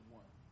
one